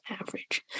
average